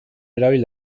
erabil